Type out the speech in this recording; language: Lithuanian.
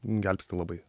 gelbsti labai